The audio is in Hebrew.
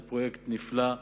זה פרויקט נפלא,